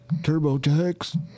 TurboTax